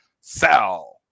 sell